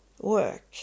work